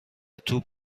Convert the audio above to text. توپ